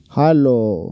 hello